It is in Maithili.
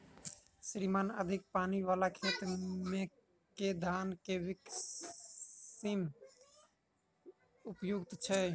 श्रीमान अधिक पानि वला खेत मे केँ धान केँ किसिम उपयुक्त छैय?